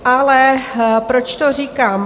Ale proč to říkám?